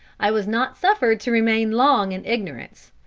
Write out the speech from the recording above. i was not suffered to remain long in ignorance